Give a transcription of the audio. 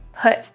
put